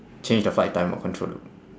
change the flight time or